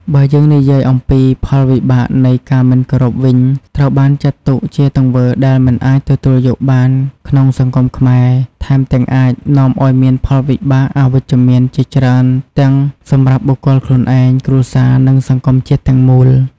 បើយើងនិយាយអំពីផលវិបាកនៃការមិនគោរពវិញ ត្រូវបានចាត់ទុកជាទង្វើដែលមិនអាចទទួលយកបានក្នុងសង្គមខ្មែរ ថែមទាំងអាចនាំឲ្យមានផលវិបាកអវិជ្ជមានជាច្រើនទាំងសម្រាប់បុគ្គលខ្លួនឯង គ្រួសារ និងសង្គមជាតិទាំងមូល។